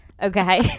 Okay